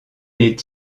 est